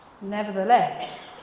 Nevertheless